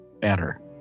better